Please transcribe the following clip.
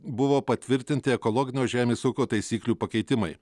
buvo patvirtinti ekologinio žemės ūkio taisyklių pakeitimai